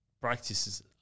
practices